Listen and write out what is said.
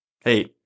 Hey